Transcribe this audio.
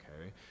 okay